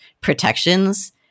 protections